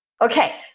okay